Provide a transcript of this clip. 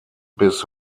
bis